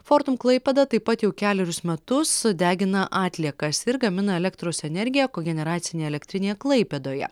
fortum klaipėda taip pat jau kelerius metus degina atliekas ir gamina elektros energiją kogeneracinėje elektrinėje klaipėdoje